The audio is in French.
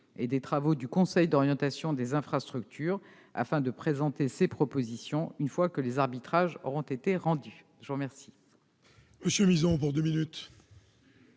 sur les travaux du Conseil d'orientation des infrastructures, afin de présenter ses propositions une fois que les arbitrages auront été rendus. La parole